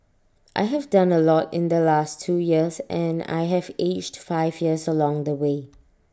I have done A lot in the last two years and I have aged five years along the way